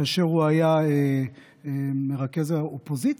עוד כאשר הוא היה מרכז האופוזיציה,